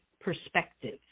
perspective